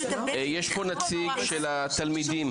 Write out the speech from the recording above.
יש פה נציג של התלמידים.